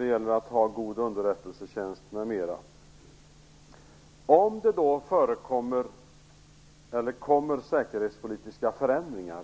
Det gäller att ha en god underrättelsetjänst m.m. Om det sker säkerhetspolitiska förändringar